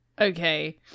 okay